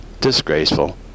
disgraceful